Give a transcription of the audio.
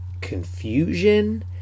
confusion